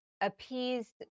appeased